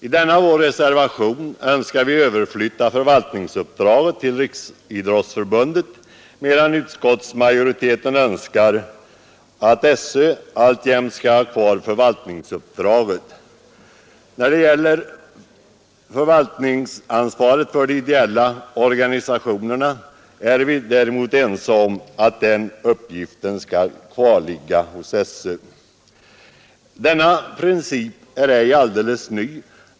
I vår reservation önskar vi överflytta förvaltningsuppdraget till Riksidrottsförbundet medan utskottsmajoriteten önskar att SÖ alltjämt skall ha uppdraget. När det gäller förvaltningsansvaret för de ideella organisationerna är vi däremot ense om att den uppgiften skall kvarligga hos SÖ. Vår princip är ej alldeles ny.